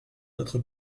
notre